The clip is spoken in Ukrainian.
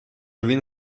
він